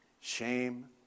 shame